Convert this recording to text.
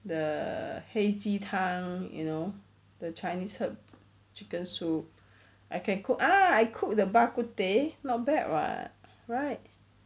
the 黑鸡汤 you know the chinese herb chicken soup I can cook ah I cook the bak kut teh not bad [what] right